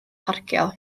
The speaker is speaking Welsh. parcio